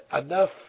enough